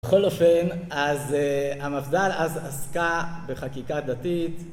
בכל אופן, אז המפדל אז עסקה בחקיקה דתית.